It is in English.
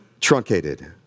truncated